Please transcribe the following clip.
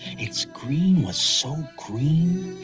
it's green was so green!